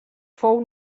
fou